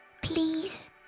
Please